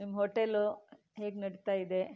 ನಿಮ್ಮ ಹೋಟೆಲ್ ಹೇಗೆ ನಡಿತಾ ಇದೆ